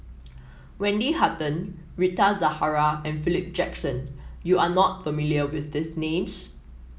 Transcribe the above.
Wendy Hutton Rita Zahara and Philip Jackson You are not familiar with these names